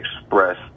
express